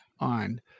on